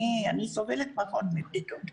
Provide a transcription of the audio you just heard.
אני סובלת פחות מבדידות.